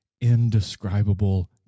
indescribable